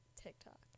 tiktok